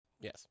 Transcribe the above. Yes